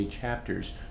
chapters